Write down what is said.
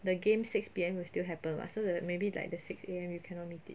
the game six P_M will still happen [what] so the maybe like the six A_M you cannot make it